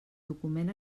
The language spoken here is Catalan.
document